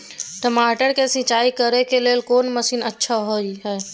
टमाटर के सिंचाई करे के लेल कोन मसीन अच्छा होय है